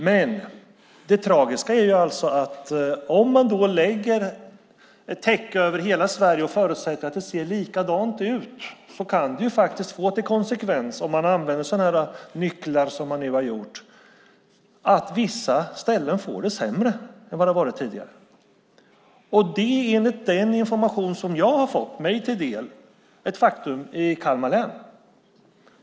Men det tragiska är att det, om man lägger ett täcke över hela Sverige och förutsätter att det ser likadant ut, faktiskt kan få till konsekvens, om man använder sådana här nycklar som man nu har gjort, att det på vissa ställen blir sämre än vad det har varit tidigare. Det är enligt den information som jag har fått mig till del ett faktum i Kalmar län.